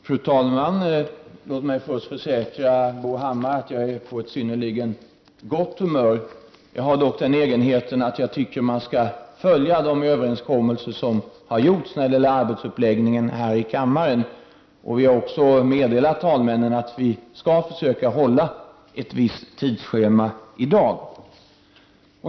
Fru talman! Låt mig först försäkra Bo Hammar att jag är på ett synnerligen gott humör. Jag har dock den egenheten att jag tycker att man skall följa de överenskommelser som har gjorts när det gäller arbetsuppläggningen här i kammaren. Vi har också meddelat talmännen att vi skall försöka hålla ett visst tidsschema i dag.